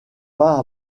pas